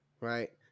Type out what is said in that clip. Right